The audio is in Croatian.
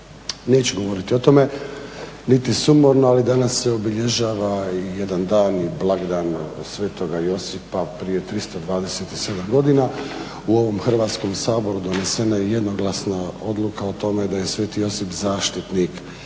neću govoriti o tome niti sumorno ali danas se obilježava jedan dan i blagdan Sv. Josipa prije 327 godina u ovom Hrvatskom sabora donesena je jednoglasna odluka o tome da je Sv. Josip zaštitnik